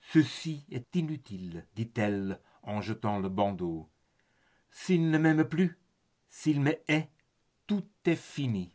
ceci est inutile dit-elle en jetant le bandeau s'il ne m'aime plus s'il me hait tout est fini